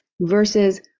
versus